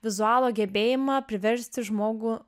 vizualo gebėjimą priversti žmogų